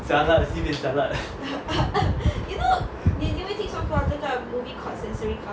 jialat sibeh jialat